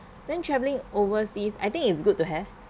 then traveling overseas I think it's good to have